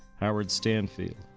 howard stanfield.